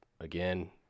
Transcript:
again